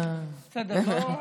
אוקיי,